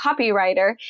copywriter